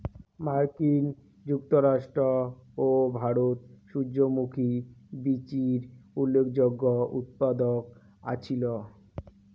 মার্কিন যুক্তরাষ্ট্র ও ভারত সূর্যমুখী বীচির উল্লেখযোগ্য উৎপাদক আছিল